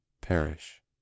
perish